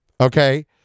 Okay